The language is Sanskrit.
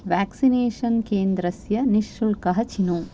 व्याक्क्सिनेषन् केन्द्रस्य निःशुल्कः चिनु